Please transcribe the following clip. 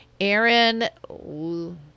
Aaron